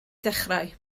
ddechrau